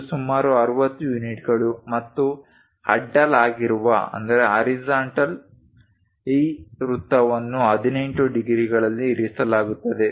ಇದು ಸುಮಾರು 60 ಯೂನಿಟ್ಗಳು ಮತ್ತು ಅಡ್ಡಲಾಗಿರುವ ಈ ವೃತ್ತವನ್ನು 18 ಡಿಗ್ರಿಗಳಲ್ಲಿ ಇರಿಸಲಾಗುತ್ತದೆ